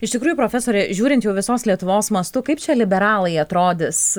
iš tikrųjų profesore žiūrint jau visos lietuvos mastu kaip čia liberalai atrodys